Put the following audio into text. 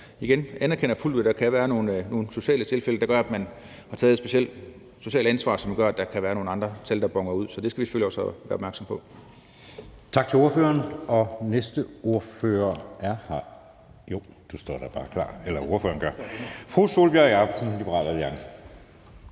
igen anerkender jeg fuldt ud, at der kan være nogle sociale tilfælde, der gør, at man har taget et specielt socialt ansvar, som gør, at der kan være nogle andre tal, der boner ud. Så det skal vi selvfølgelig også være opmærksomme på. Kl. 17:12 Anden næstformand (Jeppe Søe): Tak til ordføreren, og den næste ordfører står klar. Fru Sólbjørg Jakobsen, Liberal Alliance.